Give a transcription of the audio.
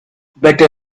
better